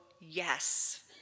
yes